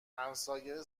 همسایه